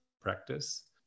practice